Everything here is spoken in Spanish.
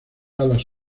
alas